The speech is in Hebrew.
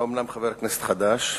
אתה אומנם חבר כנסת חדש,